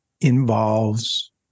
involves